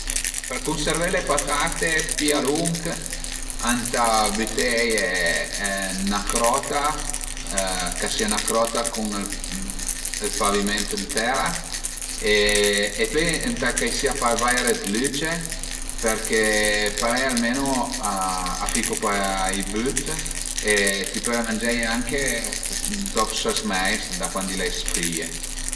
Per cunservé le patate pi a lunch ëntà büteie ën 'na crota, ch'a sìa 'na crota cun ël paviment ën tera e pöi ëntà ch'a sìa pa vaire dë lüce përché parei almenu a ficu pa i büt e ti pöle mangeie anche dop ses meis da cuandi l'as cüìe